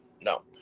No